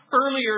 Earlier